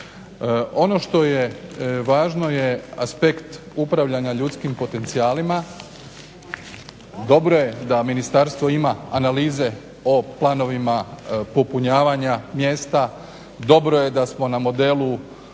Ono što je važno je aspekt upravljanja ljudskim potencijalima, dobro je da ministarstvo ima analize o planovima popunjavanja mjesta, dobro je da smo na modelu